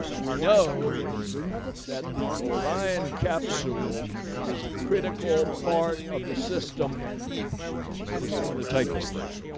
we know that the orion capsule is a critical part of the system that is going to take us there.